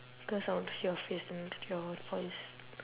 cause I want to see your face and hear your voice